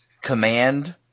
command